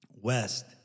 west